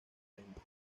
lento